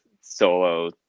solo